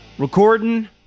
Recording